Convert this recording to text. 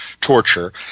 torture